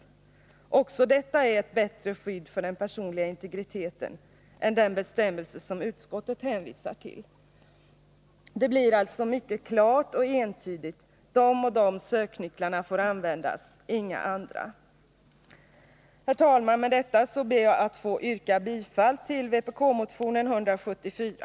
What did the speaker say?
11 december 1980 Detta är ett bättre skydd för den personliga integriteten än den bestämmelse som utskottet hänvisar till. Det blir då mycket klart och entydigt: de och de söknycklarna får användas — inga andra. Herr talman! Med detta ber jag att få yrka bifall till vpk-motionen 174.